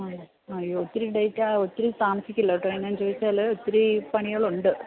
ആ ആഹ് ഒത്തിരി ഒത്തിരി താമസിക്കല്ലേ കേട്ടോ എന്താണെന്ന് ചോദിച്ചാല് ഒത്തിരി പണികളുണ്ട്